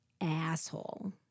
asshole